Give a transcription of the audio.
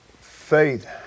Faith